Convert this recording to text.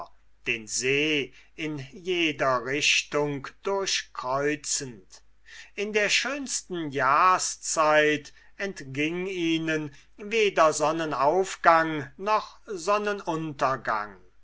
den see in jeder richtung durchkreuzend in der schönsten jahrszeit entging ihnen weder sonnenaufgang noch